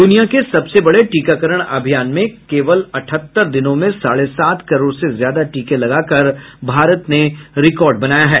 दुनिया के सबसे बड़े टीकाकरण अभियान में केवल अठहत्तर दिनों में साढ़े सात करोड़ से ज्यादा टीके लगाकर भारत ने रिकार्ड बनाया है